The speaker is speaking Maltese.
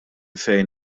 fejn